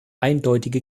eindeutige